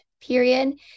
period